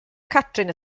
catrin